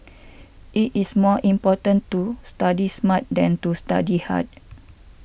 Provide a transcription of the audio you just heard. it is more important to study smart than to study hard